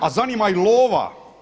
A zanima ih lova.